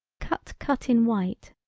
cut cut in white,